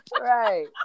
Right